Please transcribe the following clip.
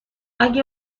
اگه